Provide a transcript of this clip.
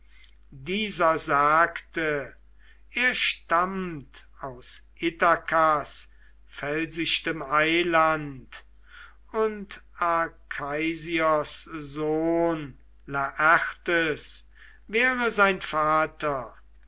dieser sagte er stammt aus ithakas felsichtem eiland und arkeisios sohn laertes wäre sein vater